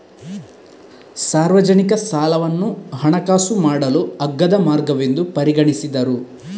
ಸಾರ್ವಜನಿಕ ಸಾಲವನ್ನು ಹಣಕಾಸು ಮಾಡಲು ಅಗ್ಗದ ಮಾರ್ಗವೆಂದು ಪರಿಗಣಿಸಿದರು